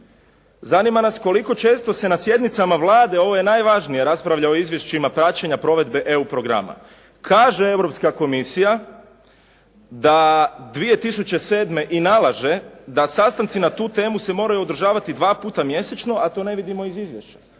Zanima nas koliko često se na sjednicama Vlade, ovo je najvažnije raspravlja o izvješćima praćenja provedbe EU programa. Kaže Europska komisija da 2007. i nalaže da sastanci na tu temu se moraju održavati 2 puta mjesečno, a to ne vidimo iz izvješća.